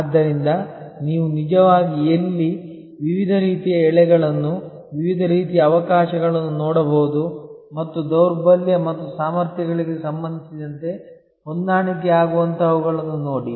ಆದ್ದರಿಂದ ನೀವು ನಿಜವಾಗಿ ಎಲ್ಲಿ ವಿವಿಧ ರೀತಿಯ ಎಳೆಗಳನ್ನು ವಿವಿಧ ರೀತಿಯ ಅವಕಾಶಗಳನ್ನು ನೋಡಬಹುದು ಮತ್ತು ದೌರ್ಬಲ್ಯ ಮತ್ತು ಸಾಮರ್ಥ್ಯಗಳಿಗೆ ಸಂಬಂಧಿಸಿದಂತೆ ಹೊಂದಾಣಿಕೆಯಾಗುವಂತಹವುಗಳನ್ನು ನೋಡಿ